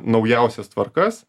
naujausias tvarkas